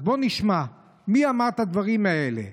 אז בואו נשמע מי אמר את הדברים האלה: